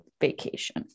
vacation